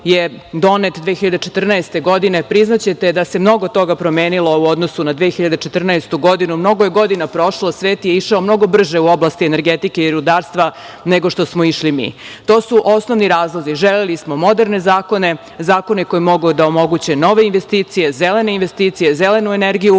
je donet 2014. godine priznaćete da se mnogo toga promenilo u odnosu na 2014. godinu. Mnogo je godina prošlo, svet je išao mnogo brže u oblasti energetike i rudarstva, nego što smo išli mi. To su osnovni razlozi. Želeli smo moderne zakone, zakone koji mogu da omoguće nove investicije, zelene investicije, zelenu energiju,